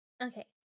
Okay